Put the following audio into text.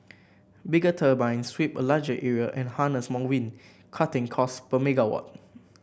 bigger turbines sweep a larger area and harness more wind cutting costs per megawatt